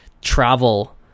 travel